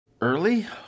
Early